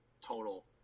total